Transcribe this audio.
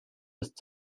ist